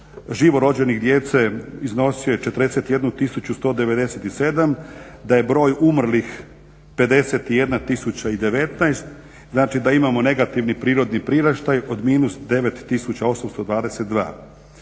živo rođene djece iznosio je 411 970, da je broj umrlih 51 019, znači da imamo negativni prirodni priraštaj od -9822.